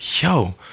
yo